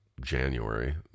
January